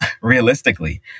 realistically